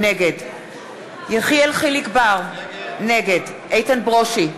נגד יחיאל חיליק בר, נגד איתן ברושי,